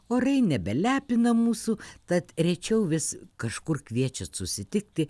orai nebelepina mūsų tad rečiau vis kažkur kviečia susitikti